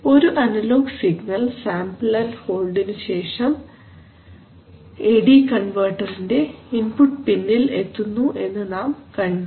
ഒരു analogue signal sample and ഹോൾഡിനു ശേഷം എ ഡി കൺവെർട്ടറിന്റെ ഇൻപുട്ട് പിന്നിൽ എത്തുന്നു എന്ന് നാം കണ്ടു